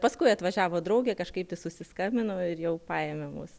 paskui atvažiavo draugė kažkaip tai susiskambinau ir jau paėmė mus